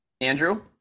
Andrew